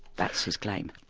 that's his claim.